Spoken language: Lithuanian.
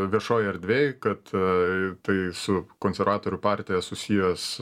viešojoj erdvėj kad tai su konservatorių partija susijęs